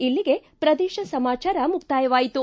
ಇಲ್ಲಿಗೆ ಪ್ರದೇಶ ಸಮಾಚಾರ ಮುಕ್ತಾಯವಾಯಿತು